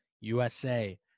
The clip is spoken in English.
USA